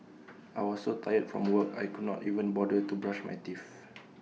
I was so tired from work I could not even bother to brush my teeth